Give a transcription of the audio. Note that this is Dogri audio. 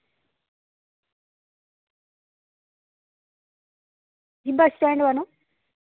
आं बस्स स्टैंड ऐ ना